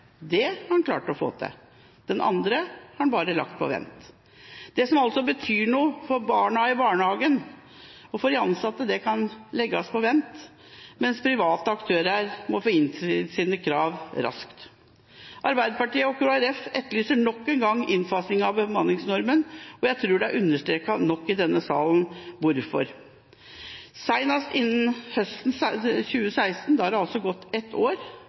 Det har han klart å få til. Det andre har han bare lagt på vent. Det som betyr noe for barna i barnehagen og for de ansatte, kan altså legges på vent, mens private aktører må få innfridd sine krav raskt. Arbeiderpartiet og Kristelig Folkeparti etterlyser nok en gang innfasing av bemanningsnormen – og jeg tror det er understreket nok i denne salen hvorfor – senest innen høsten 2016. Da har det altså gått ett år.